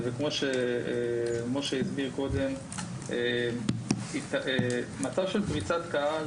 כמו שמשה הסביר קודם, מצב של פריצת קהל